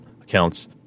accounts